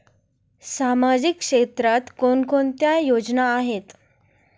सामाजिक क्षेत्रात कोणकोणत्या योजना आहेत?